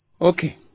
Okay